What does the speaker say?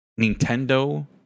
Nintendo